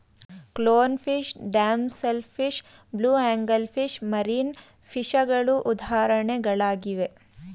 clown fish, damsel fish, blue angel fish, marine ಫಿಷಗಳು ಉದಾಹರಣೆಗಳಾಗಿವೆ